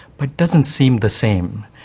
but doesn't seem the same.